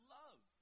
love